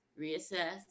reassess